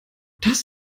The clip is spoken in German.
das